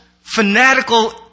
fanatical